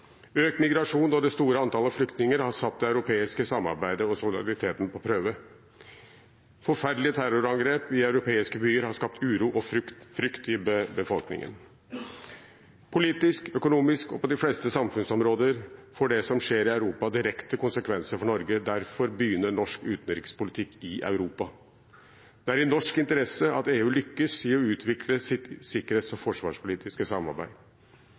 Økt migrasjon og det store antallet flyktninger har satt det europeiske samarbeidet og solidariteten på prøve. Forferdelige terrorangrep i europeiske byer har skapt uro og frykt i befolkningen. Politisk, økonomisk og på de fleste samfunnsområder får det som skjer i Europa, direkte konsekvenser for Norge. Derfor begynner norsk utenrikspolitikk i Europa. Det er i norsk interesse at EU lykkes i å utvikle sitt sikkerhets- og forsvarspolitiske samarbeid.